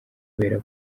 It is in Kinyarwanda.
kubera